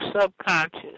subconscious